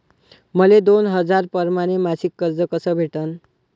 मले दोन हजार परमाने मासिक कर्ज कस भेटन?